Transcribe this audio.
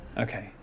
Okay